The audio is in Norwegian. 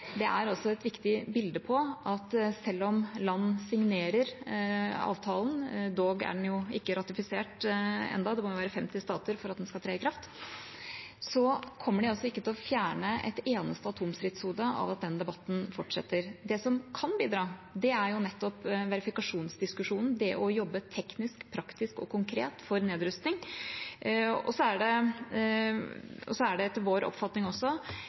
er et viktig bilde på at selv om land signerer avtalen – dog er den ikke ratifisert enda, det må være av 50 stater for at den skal tre i kraft – kommer det altså ikke til å bli fjernet et eneste atomstridshode av at den debatten fortsetter. Det som kan bidra, er nettopp verifikasjonsdiskusjonen, det å jobbe teknisk, praktisk og konkret for nedrustning. Det er etter vår oppfatning også